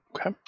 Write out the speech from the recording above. Okay